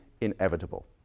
inevitable